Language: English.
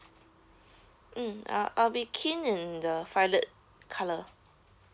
mm I'll I'll be keen in the violet colour